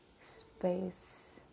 space